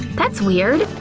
that's weird,